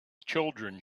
children